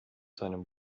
seinem